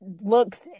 Looks